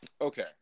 okay